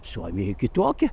suomijoj kitoki